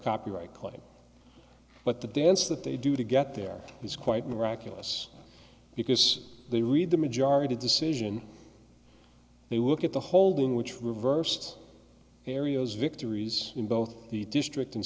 copyright claim but the dance that they do to get there is quite miraculous because they read the majority decision they look at the holding which reversed areas victories in both the district